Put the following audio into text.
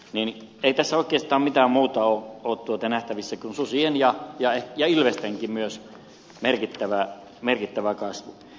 ei tässä oikeastaan mitään muuta ole nähtävissä kuin susien ja ilvestenkin määrän merkittävä kasvu